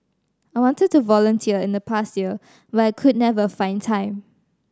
I wanted to volunteer in the past years but I could never find time